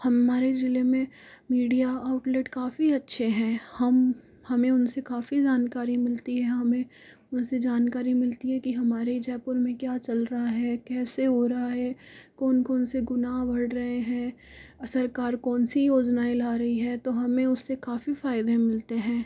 हमारे ज़िले में मीडिया आउट्लेट काफ़ी अच्छे हैं हम हमें उनसे काफ़ी जानकारी मिलती है हमें उनसे जानकारी मिलती है कि हमारे जयपुर में क्या चल रहा है कैसे हो रहा है कौन कौन से गुनाह बढ़ रहे हैं सरकार कौन सी योजनाएँ ला रही है तो हमें उससे काफ़ी फायदे मिलते हैं